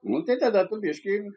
nu tai tada biškį